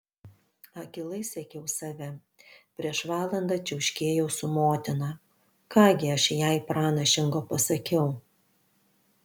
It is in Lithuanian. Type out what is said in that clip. akylai sekiau save prieš valandą čiauškėjau su motina ką gi aš jai pranašingo pasakiau